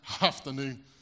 afternoon